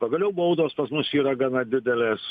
pagaliau baudos pas mus yra gana didelės